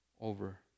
over